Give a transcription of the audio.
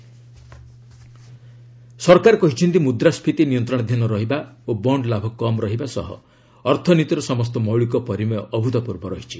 ଗଭ୍ economy ସରକାର କହିଛନ୍ତି ମୁଦ୍ରାଷ୍କୀତି ନିୟନ୍ତ୍ରଣାଧୀନ ରହିବା ଓ ବଣ୍ଡ୍ ଲାଭ କମ୍ ରହିବା ସହ ଅର୍ଥନୀତିର ସମସ୍ତ ମୌଳିକ ପରିମେୟ ଅଭୃତ୍ପୂର୍ବ ରହିଛି